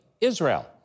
Israel